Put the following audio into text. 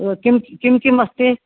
ओ किं किं किम् अस्ति